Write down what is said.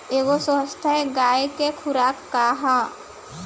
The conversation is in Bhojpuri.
एगो स्वस्थ गाय क खुराक का ह?